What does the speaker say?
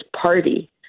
party